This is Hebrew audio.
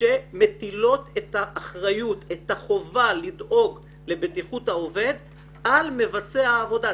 שמטילות את האחריות לדאגה לבטיחות העובד על מבצע העבודה.